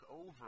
over